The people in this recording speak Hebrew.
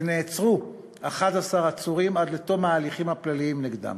ונעצרו 11 עצורים עד לתום ההליכים הפליליים נגדם,